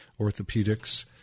orthopedics